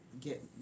get